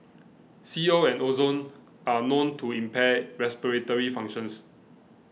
C O and ozone are known to impair respiratory functions